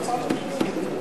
נתקבל.